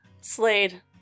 Slade